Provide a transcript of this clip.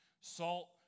Salt